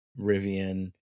Rivian